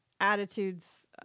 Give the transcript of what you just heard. attitudes